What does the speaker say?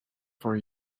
for